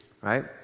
right